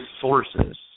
sources